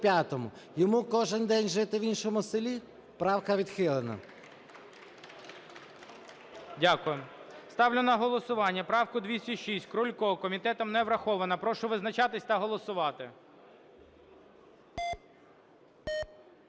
Йому кожний день жити в іншому селі? Правка відхилена.